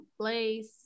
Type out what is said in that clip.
place